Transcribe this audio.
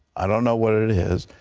i don't know what it it is,